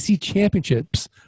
championships